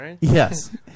yes